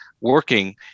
working